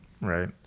Right